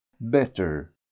better